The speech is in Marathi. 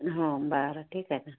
हो बरं ठीक आहे ना